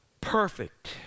perfect